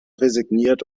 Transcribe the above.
resigniert